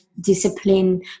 discipline